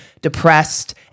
depressed